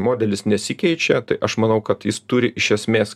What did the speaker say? modelis nesikeičia tai aš manau kad jis turi iš esmės